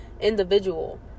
individual